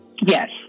Yes